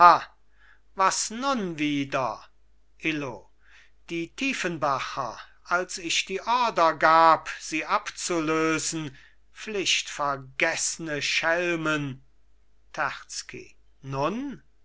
was nun wieder illo die tiefenbacher als ich die ordre gab sie abzulösen pflichtvergeßne schelmen terzky nun